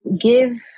Give